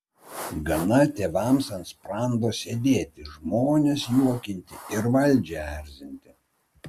gana tėvams ant sprando sėdėti žmones juokinti ir valdžią erzinti